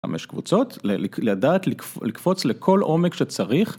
5 קבוצות, לדעת לקפוץ לכל עומק שצריך.